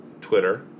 Twitter